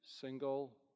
single